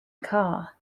car